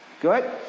Good